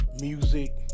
music